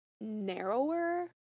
narrower